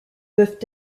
peuvent